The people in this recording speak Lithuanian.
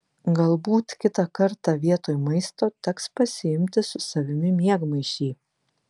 galbūt kitą kartą vietoj maisto teks pasiimti su savimi miegmaišį